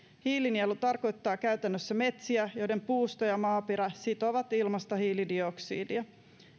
hiilinielu tarkoittaa käytännössä metsiä joiden puusto ja maaperä sitovat ilmasta hiilidioksidia